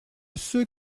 ceux